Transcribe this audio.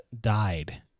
died